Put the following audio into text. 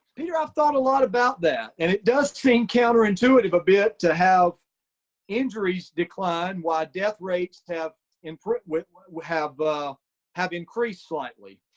peter, i've thought a lot about that. and it does seem counterintuitive a bit to have injuries decline, while death rates have improved, have ah have increased slightly.